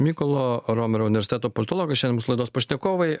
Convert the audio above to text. mykolo romerio universiteto politologas šiandien mūsų laidos pašnekovai